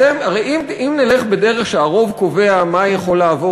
הרי אם נלך בדרך שהרוב קובע מה יכול לעבור